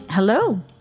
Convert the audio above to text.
Hello